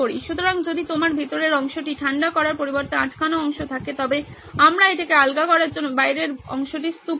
সুতরাং যদি আপনার ভিতরের অংশটি ঠান্ডা করার পরিবর্তে আটকানো অংশ থাকে তবে আমরা এটিকে আলগা করার জন্য বাইরের অংশটি স্তুপ করি